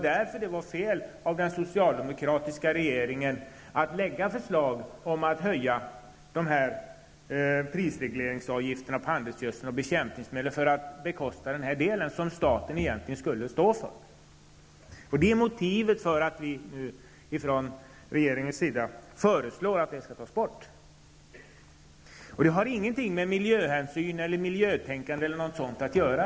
Därför var det fel av den socialdemokratiska regeringen att lägga fram förslag om en höjning av prisregleringsavgifterna på handelsgödsel och bekämpningsmedel för att bekosta denna del, som staten egentligen skulle stå för. Det är motivet för att vi nu från regeringens sida föreslår en sänkning av de avgifterna. Detta har inte någonting med miljöhänsyn eller miljötänkande över huvud taget att göra.